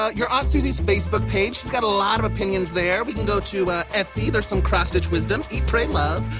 ah you're on suzy's facebook page. she's got a lot of opinions there we can go to etsy, there's some cross stitch wisdom. eat, pray, love.